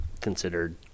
considered